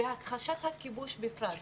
והכחשת הכיבוש בפרט,